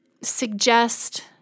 suggest